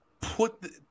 put